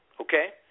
Okay